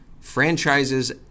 franchises